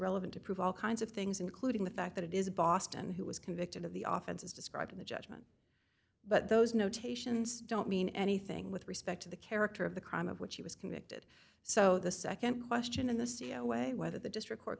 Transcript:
relevant to prove all kinds of things including the fact that it is boston who was convicted of the office as described in the judgment but those notations don't mean anything with respect to the character of the crime of which he was convicted so the nd question in the c e o way whether the district court